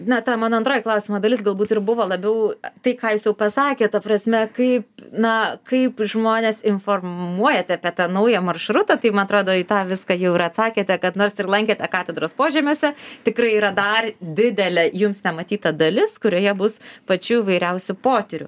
ne ta mano antroji klausimo dalis galbūt ir buvo labiau tai ką jūs jau pasakėt ta prasme kai na kaip žmones informuojate apie tą naują maršrutą taip man atrodo į tą viskas jau ir atsakėte kad nors ir lankėte katedros požemiuose tikrai yra dar didelė jums nematyta dalis kurioje bus pačių įvairiausių potyrių